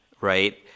right